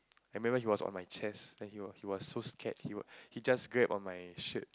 I remember he was on my chest then he was he was so scared he would he just grab on my shirt